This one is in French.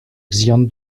xian